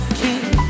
keep